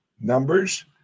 numbers